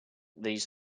these